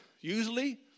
Usually